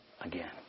again